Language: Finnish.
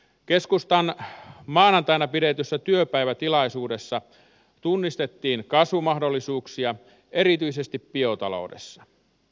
keskustan maanantaina pidetyssä työpäivä tilaisuudessa tunnistettiin kasvumahdollisuuksia erityisesti biotaloudessa